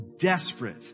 desperate